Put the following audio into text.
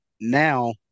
now